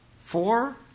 Four